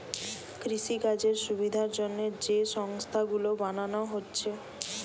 কৃষিকাজের সুবিধার জন্যে যে সংস্থা গুলো বানানা হচ্ছে